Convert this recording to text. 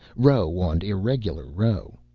row on irregular row.